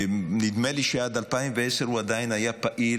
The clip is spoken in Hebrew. נדמה לי שעד 2010 הוא עדיין היה פעיל